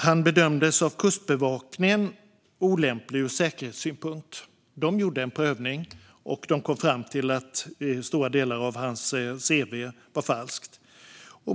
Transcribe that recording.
Han bedömdes av Kustbevakningen som olämplig ur säkerhetssynpunkt. De gjorde en prövning, och de kom fram till att stora delar av hans cv var falska.